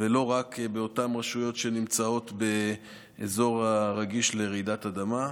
ולא רק באותן רשויות שנמצאות באזור הרגיש לרעידת אדמה.